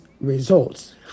results